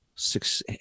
Six